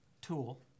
tool